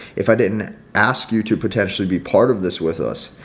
if i didn't ask you to potentially be part of this with us.